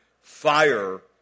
fire